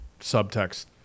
subtext